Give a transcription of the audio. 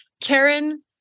Karen